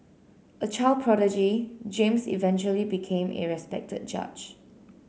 a child prodigy James eventually became a respected judge